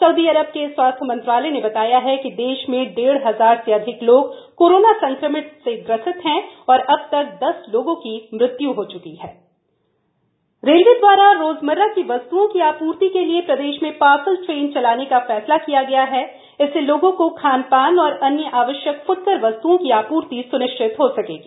Saudi Arab के स्वास्थ्य मंत्रालय ने बताया ह कि देश में डेढ़ हजार से अधिक लोग कोरोना संक्रमण से ग्रसित हैं और अब तक दस लोगों की मृत्यु हो च्की हण पार्सल ट्रेन रेलवे दवारा रोजमर्रा की वस्त्ओं की आपूर्ति के लिए प्रदेश में पार्सल ट्रेन चलाने का फ़्सला किया हण इससे लोगों को खान पान एवं अन्य आवश्यक फ्टकर वस्त्ओं की आपूर्ति स्निश्चित हो सकेगी